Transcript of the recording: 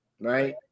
right